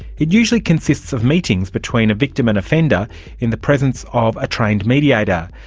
it usually consists of meetings between a victim and offender in the presence of a trained mediator.